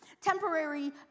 Temporary